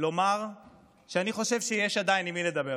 כדי לומר שאני חושב שיש עדיין עם מי לדבר.